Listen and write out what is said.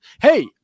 Hey